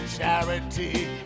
charity